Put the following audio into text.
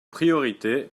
priorités